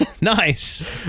Nice